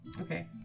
Okay